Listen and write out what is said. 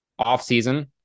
offseason